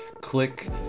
click